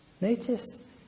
Notice